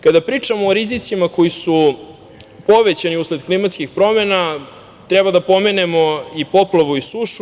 Kada pričamo o rizicima koji su povećani usled klimatskih promena, treba da pomenemo i poplavu i sušu.